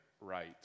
right